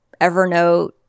Evernote